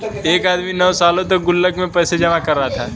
एक आदमी नौं सालों तक गुल्लक में पैसे जमा कर रहा था